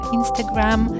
Instagram